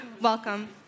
Welcome